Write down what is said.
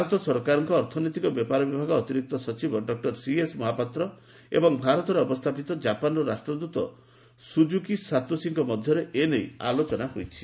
ଭାରତ ସରକାରଙ୍କ ଅର୍ଥନୈତିକ ବ୍ୟାପାର ବିଭାଗର ଅତିରିକ୍ତ ସଚିବ ଡକ୍କର ସିଏସ୍ ମହାପାତ୍ର ଏବଂ ଭାରତରେ ଅବସ୍ଥାପିତ ଜାପାନ ରାଷ୍ଟ୍ରଦୂତ ସୁଜୁକି ସାତୋଶିଙ୍କ ମଧ୍ୟରେ ଏ ନେଇ ଆଳୋଚନା ହୋଇଛି